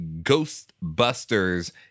Ghostbusters